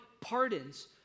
pardons